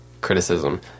criticism